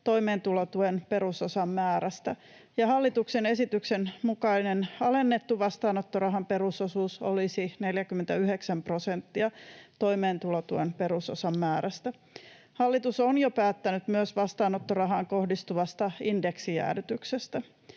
toimeentulotuen perusosan määrästä ja hallituksen esityksen mukainen alennettu vastaanottorahan perusosuus olisi 49 prosenttia toimeentulotuen perusosan määrästä. Hallitus on jo päättänyt myös vastaanottorahaan kohdistuvasta indeksijäädytyksestä.